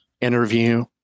interview